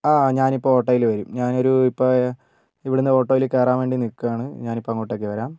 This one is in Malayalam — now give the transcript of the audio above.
ആ ഞാനിപ്പോൾ ഓട്ടോയിൽ വരും ഞാനൊരു ഇപ്പോൾ ഇവിടെനിന്ന് ഓട്ടോയിൽ കയറാൻ വേണ്ടി നിൽക്കുകയാണ് ഞാനിപ്പോൾ അങ്ങോട്ടേക്ക് വരാം